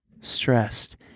Stressed